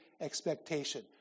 expectation